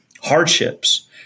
hardships